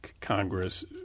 Congress